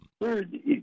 third